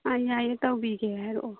ꯑꯥ ꯌꯥꯏꯌꯦ ꯇꯧꯕꯤꯒꯦ ꯍꯥꯏꯔꯛꯑꯣ